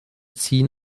ziehen